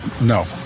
No